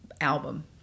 album